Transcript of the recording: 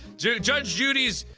judge judy's